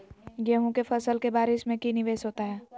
गेंहू के फ़सल के बारिस में की निवेस होता है?